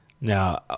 now